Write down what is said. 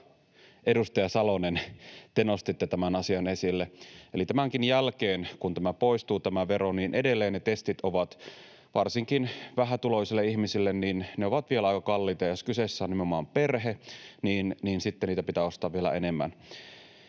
edustaja Salonen, te nostitte tämän asian esille. Eli tämänkin jälkeen kun tämä vero poistuu, edelleen ne testit ovat varsinkin vähätuloisille ihmisille vielä aika kalliita, ja jos kyseessä on nimenomaan perhe, niin sitten niitä pitää ostaa vielä enemmän.